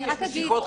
אני מסכים.